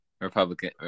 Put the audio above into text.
Republican